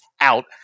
out